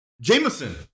Jameson